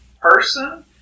person